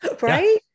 right